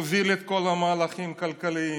הוא הוביל את כל המהלכים הכלכליים,